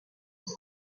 bois